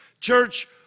Church